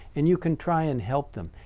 and you can try and help them.